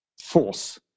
force